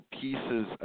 pieces –